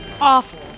awful